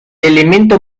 elemento